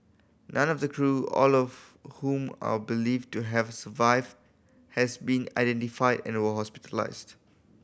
none of the crew all of whom are believed to have survived has been identified and were hospitalised